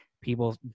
people